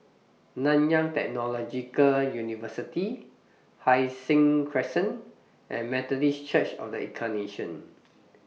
Nanyang Technological University Hai Sing Crescent and Methodist Church of The Incarnation